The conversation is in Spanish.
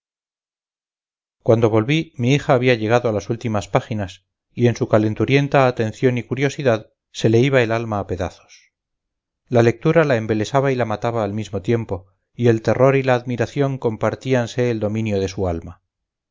cuando volví mi hija había llegado a las últimas páginas y en su calenturienta atención y curiosidad se le iba el alma a pedazos la lectura la embelesaba y la mataba al mismo tiempo y el terror y la admiración compartíanse el dominio de su alma